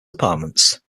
departments